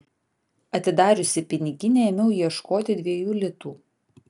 atidariusi piniginę ėmiau ieškoti dviejų litų